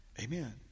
Amen